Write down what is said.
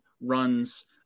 runs